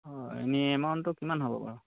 অঁ এনেই এমাউণ্টটো কিমান হ'ব বাৰু